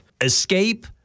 escape